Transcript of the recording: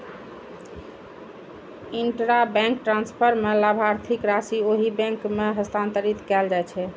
intrabank transfer मे लाभार्थीक राशि ओहि बैंक मे हस्तांतरित कैल जाइ छै